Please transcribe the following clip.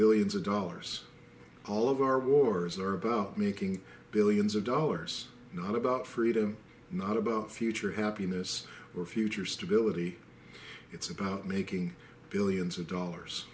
billions of dollars all of our wars are about making billions of dollars not about freedom not about future happiness or future stability it's about making billions of dollars